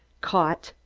caught!